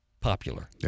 popular